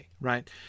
Right